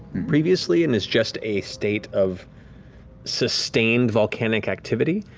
previously, and is just a state of sustained volcanic activity.